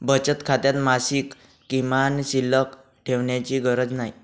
बचत खात्यात मासिक किमान शिल्लक ठेवण्याची गरज नाही